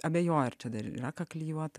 abejoja ar čia dar yra ką klijuot